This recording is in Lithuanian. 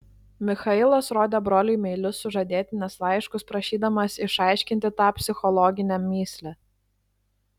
michailas rodė broliui meilius sužadėtinės laiškus prašydamas išaiškinti tą psichologinę mįslę